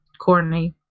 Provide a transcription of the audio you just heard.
Courtney